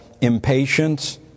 impatience